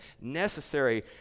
necessary